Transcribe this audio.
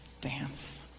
dance